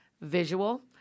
visual